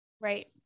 Right